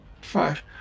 five